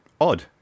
odd